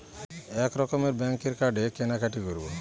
এক রকমের ব্যাঙ্কের কার্ডে কেনাকাটি করব